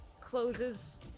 closes